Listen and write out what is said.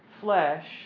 flesh